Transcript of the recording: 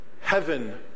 heaven